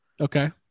Okay